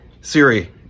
Siri